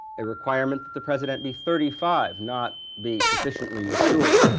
a requirement that the president be thirty five, not be sufficiently mature.